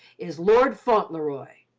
is lord fauntleroy?